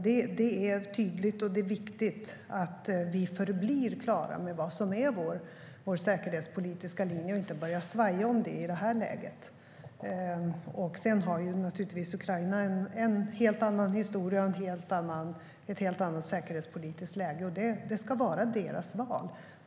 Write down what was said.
Det är tydligt, och det är viktigt att vi förblir klara över vad som är vår säkerhetspolitiska linje och inte börjar svaja om det i det här läget. Sedan har naturligtvis Ukraina en helt annan historia och ett helt annat säkerhetspolitiskt läge. Det ska vara deras val.